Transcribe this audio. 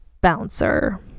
bouncer